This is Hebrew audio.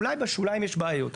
אולי בשוליים יש בעיות.